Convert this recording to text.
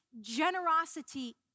generosity